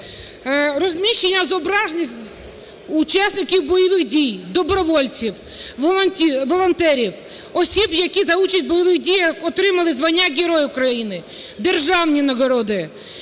Розміщення зображень учасників бойових дій, добровольців, волонтерів, осіб, які за участь у бойових діях отримали звання Герой України, державні нагороди,